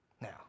Now